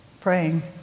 praying